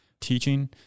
teaching